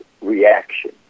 reaction